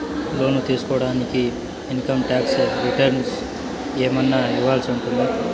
లోను తీసుకోడానికి income tax returns ఏమన్నా ఇవ్వాల్సి ఉంటుందా